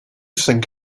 think